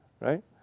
right